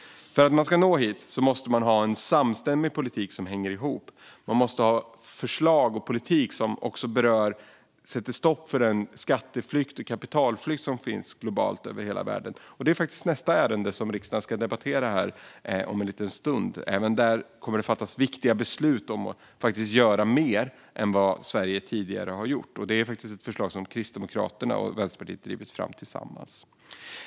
För att man ska nå dit måste man ha en samstämmig politik som hänger ihop. Man måste ha förslag och politik som sätter stopp för den skatteflykt och den kapitalflykt som sker globalt över hela världen, och detta är faktiskt nästa ärende som riksdagen ska debattera här om en liten stund. Även där kommer det att fattas viktiga beslut om att göra mer än Sverige tidigare har gjort. Det är ett förslag som Kristdemokraterna och Vänsterpartiet har drivit tillsammans.